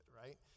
right